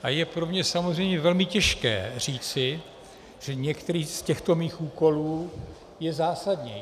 A je pro mě samozřejmě velmi těžké říci, že některý z těchto mých úkolů je zásadnější.